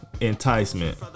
enticement